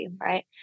right